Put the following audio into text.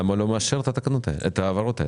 למה הוא לא מאשר את ההעברות האלה.